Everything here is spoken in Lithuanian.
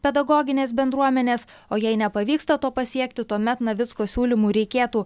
pedagoginės bendruomenės o jei nepavyksta to pasiekti tuomet navicko siūlymu reikėtų